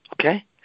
Okay